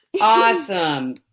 Awesome